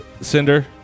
Cinder